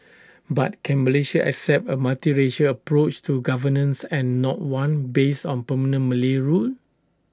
but can Malaysia accept A multiracial approach to governance and not one based on permanent Malay rule